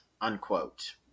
Unquote